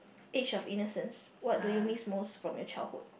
age of innocence what do you miss most from your childhood